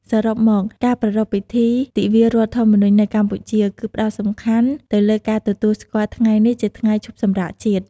សរុបមក ការប្រារព្ធពិធីទិវារដ្ឋធម្មនុញ្ញនៅកម្ពុជា គឺផ្តោតសំខាន់ទៅលើការទទួលស្គាល់ថ្ងៃនេះជាថ្ងៃឈប់សម្រាកជាតិ។